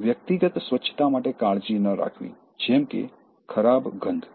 વ્યક્તિગત સ્વચ્છતા માટે કાળજી ન રાખવી જેમ કે ખરાબ ગંધ